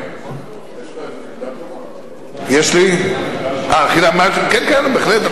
יש לנו שני חסונים פה, לכן יואל.